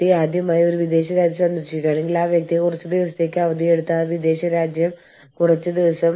എങ്ങനെയാണ് യൂണിയൻവൽക്കരണം എങ്ങനെയാണ് കൂട്ടായ വിലപേശൽ സംഘടിത തൊഴിലാളികളെ എങ്ങനെയാണ് വിവിധ രാജ്യങ്ങളിൽ പരിഗണിക്കുന്നത്